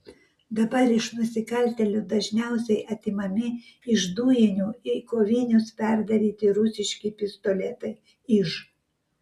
dabar iš nusikaltėlių dažniausiai atimami iš dujinių į kovinius perdaryti rusiški pistoletai iž